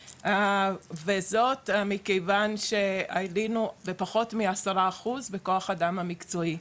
וזאת מכיוון שעלינו בפחות מעשרה אחוז בכוח אדם מקצועי.